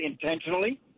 intentionally